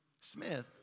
Smith